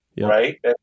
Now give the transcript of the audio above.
Right